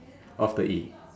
of the E